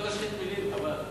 תשחית מלים, חבל.